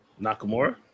Nakamura